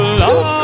love